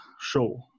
Show